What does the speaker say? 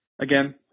again